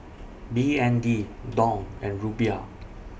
B N D Dong and Rupiah